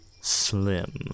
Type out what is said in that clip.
slim